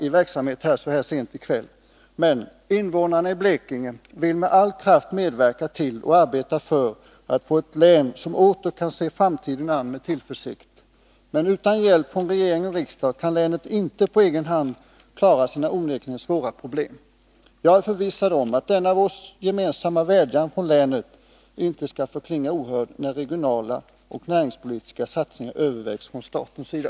Innevånarna i Blekinge vill med all kraft medverka till och arbeta för att få ett län som åter kan se framtiden an med tillförsikt, men på egen hand, utan hjälp från regering och riksdag kan länet inte klara sina onekligen svåra problem. Jag är förvissad om att denna vår gemensamma vädjan från länet inte skall förklinga ohörd när regionala och näringspolitiska satsningar övervägs från statens sida.